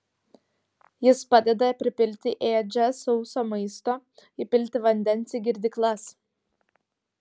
jis padeda pripilti ėdžias sauso maisto įpilti vandens į girdyklas